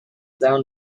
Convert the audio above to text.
down